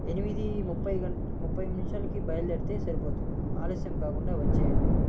ఎనిమిది ముప్పై ముప్పై నిమిషాలకి బయలుదేరితే సరిపోతుంది ఆలస్యం కాకుండా వచ్చేయండి